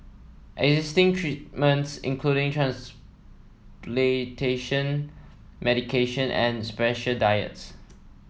existing treatments including transplantation medication and special diets